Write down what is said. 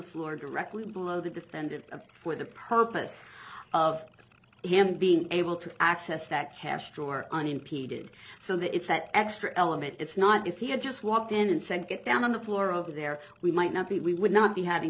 floor directly below the defendant of for the purpose of him being able to access that cash drawer unimpeded so that it's that extra element it's not if he had just walked in and said get down on the floor over there we might not be we would not be having